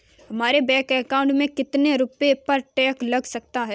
हमारे bank account में कितने रुपये पर टैक्स लग सकता है?